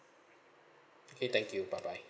okay thank you bye bye